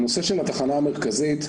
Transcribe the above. הנושא של התחנה המרכזית,